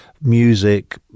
music